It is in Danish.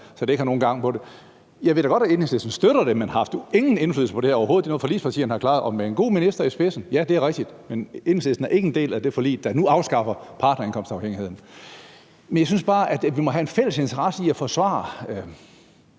ikke har nogen gang på jorden. Jeg ved da godt, at Enhedslisten støtter det, men man har ikke haft nogen indflydelse på det her, overhovedet. Det er noget, forligspartierne har klaret – og med en god minister i spidsen: Ja, det er rigtigt, men Enhedslisten er ikke en del af det forlig, der nu afskaffer partnerindkomstafhængigheden. Men jeg synes bare, at vi må have en fælles interesse i at forsvare